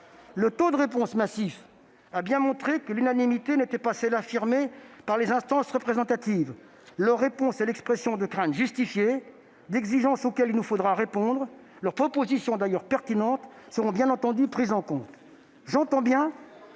Le taux de réponse massif a bien montré que l'unanimité n'était pas celle qui a été avancée par les instances représentatives. La réponse des maires est l'expression de craintes justifiées et d'exigences auxquelles il nous faudra répondre. Leurs propositions, d'ailleurs pertinentes, seront entendues et prises en compte. J'entends bien